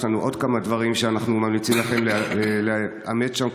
יש לנו עוד כמה דברים שאנחנו ממליצים לכם לאמץ שם,